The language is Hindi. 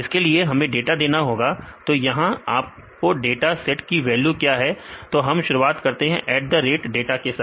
इसके लिए हमें डाटा देना होगा तो यहां आपके डाटा सेट की वैल्यू क्या है तो हम शुरुआत करते हैं डाटा के साथ